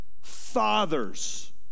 fathers